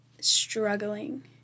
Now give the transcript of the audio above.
struggling